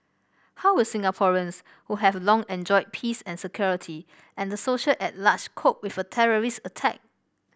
how will Singaporeans who have long enjoyed peace and security and the society at large cope with a terrorist attack